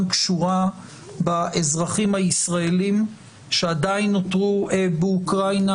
קשורה באזרחים הישראלים שעדיין נותרו באוקראינה,